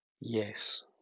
Yes